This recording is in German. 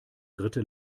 dritte